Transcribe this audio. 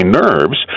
nerves